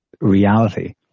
reality